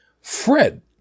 Fred